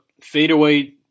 fadeaway